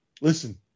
listen